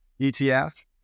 ETF